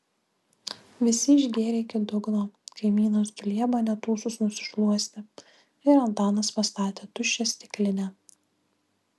visi išgėrė iki dugno kaimynas dulieba net ūsus nusišluostė ir antanas pastatė tuščią stiklinę